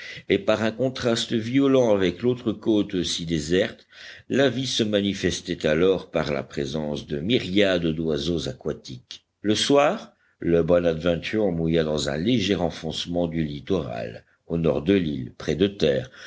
et par un contraste violent avec l'autre côte si déserte la vie se manifestait alors par la présence de myriades d'oiseaux aquatiques le soir le bonadventure mouilla dans un léger renfoncement du littoral au nord de l'île près de terre